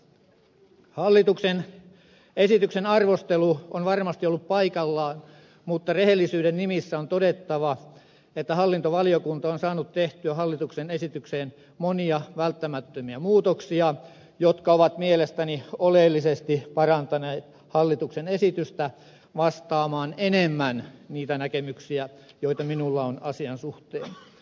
hallituksen esityksen arvostelu on varmasti ollut paikallaan mutta rehellisyyden nimissä on todettava että hallintovaliokunta on saanut tehtyä hallituksen esitykseen monia välttämättömiä muutoksia jotka ovat mielestäni oleellisesti parantaneet hallituksen esitystä vastaamaan enemmän niitä näkemyksiä joita minulla on asian suhteen